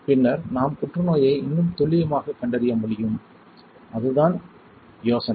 பின்னர் நாம் புற்றுநோயை இன்னும் துல்லியமாக கண்டறிய முடியும் அதுதான் யோசனை